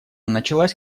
началась